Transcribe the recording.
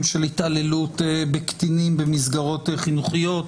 של התעללות בקטינים במסגרות חינוכיות,